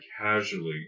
casually